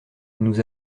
nous